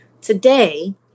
Today